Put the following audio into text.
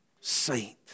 saint